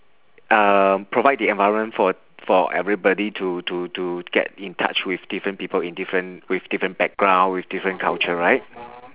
uh provide the environment for for everybody to to to get in touch with different people in different with different background with different culture right